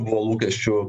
buvo lūkesčių